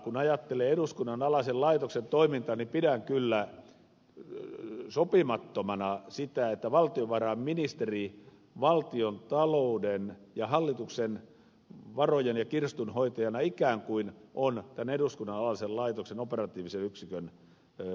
kun ajattelee eduskunnan alaisen laitoksen toimintaa niin pidän kyllä sopimattomana sitä että valtiovarainministeri valtiontalouden ja hallituksen varojen ja kirstun hoitajana ikään kuin on tämän eduskunnan alaisen laitoksen operatiivisen yksikön vetäjä